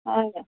হয়